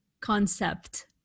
concept